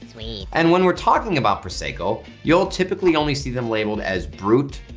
sweet. and when we're talking about prosecco you'll typically only see them labeled as brut,